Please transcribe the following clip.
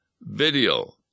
video